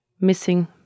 missing